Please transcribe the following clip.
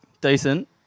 decent